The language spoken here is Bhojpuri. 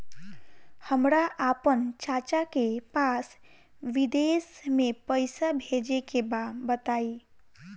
हमरा आपन चाचा के पास विदेश में पइसा भेजे के बा बताई